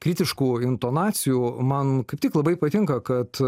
kritiškų intonacijų man kaip tik labai patinka kad